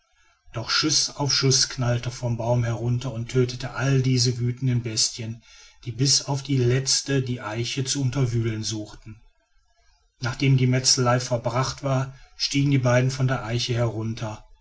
doch schuss auf schuss knallte vom baum herunter und tötete alle diese wütenden bestien die bis auf die letzte die eiche zu unterwühlen suchten nachden die metzelei vollbracht war stiegen die beiden von der eiche herunter